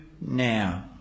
now